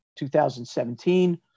2017